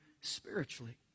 spiritually